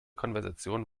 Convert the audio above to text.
konversation